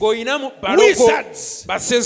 Wizards